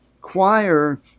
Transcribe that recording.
choir